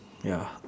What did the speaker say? ya